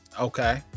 Okay